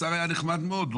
השר היה נחמד מאוד,